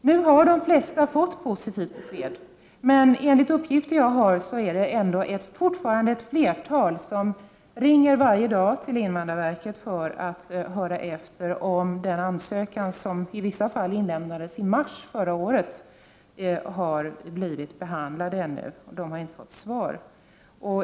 Nu har de flesta fått positivt besked, men enligt uppgifter jag har är det fortfarande flera som ringer varje dag till invandrarverket för att höra efter om den ansökan som i vissa fall inlämnades i mars förra året har blivit behandlad ännu. De har inte fått svar.